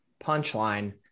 Punchline